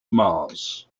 mars